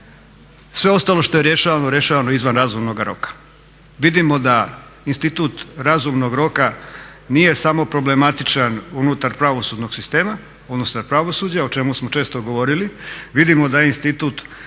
sve ostalo što je rješavano, rješavano izvan razumnog roka. Vidimo da institut razumnog roka nije samo problematičan unutar pravosudnog sistema, unutar pravosuđa, o čemu smo često govorili. Vidimo da institut probijanja